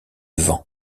vent